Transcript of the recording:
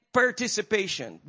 participation